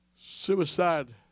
Suicide